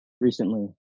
recently